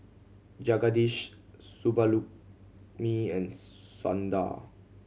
Jagadish and Sundar